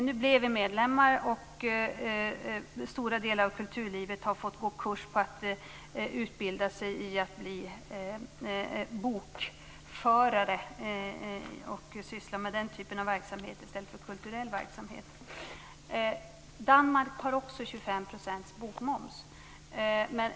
Nu blev vi medlemmar, och stora delar av kulturlivet har fått gå på kurs för att utbilda sig till bokförare och syssla med den typen av verksamhet i stället för kulturell verksamhet. Danmark har också 25 % bokmoms.